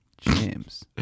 James